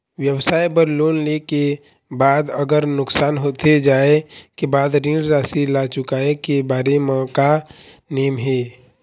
व्यवसाय बर लोन ले के बाद अगर नुकसान होथे जाय के बाद ऋण राशि ला चुकाए के बारे म का नेम हे?